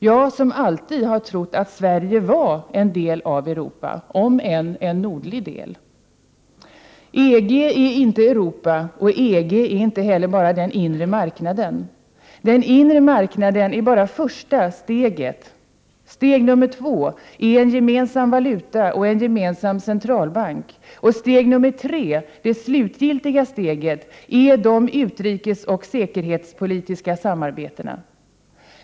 Jag har alltid trott att Sverige var en del av Europa, om än en nordlig del. EG är inte Europa och EG är inte heller bara den inre marknaden. Den inre marknaden är bara första steget. Steg nummer två är en gemensam valuta och en gemensam centralbank, och steg nummer tre, det slutliga steget, är de utrikesoch säkerhetspolitiska samarbetena.